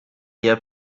your